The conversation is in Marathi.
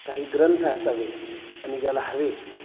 काही ग्रंथ असावेत आणि ज्याला हवेत